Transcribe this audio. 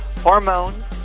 hormones